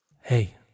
Hey